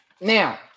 Now